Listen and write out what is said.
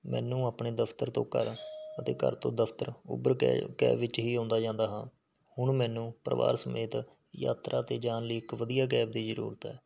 ਮੈਨੂੰ ਆਪਣੇ ਦਫ਼ਤਰ ਤੋਂ ਘਰ ਅਤੇ ਘਰ ਤੋਂ ਦਫ਼ਤਰ ਉਬਰ ਕੈ ਕੈਬ ਵਿੱਚ ਹੀ ਆਉਂਦਾ ਜਾਂਦਾ ਹਾਂ ਹੁਣ ਮੈਨੂੰ ਪਰਿਵਾਰ ਸਮੇਤ ਯਾਤਰਾ 'ਤੇ ਜਾਣ ਲਈ ਇੱਕ ਵਧੀਆ ਕੈਬ ਦੀ ਜ਼ਰੂਰਤ ਹੈ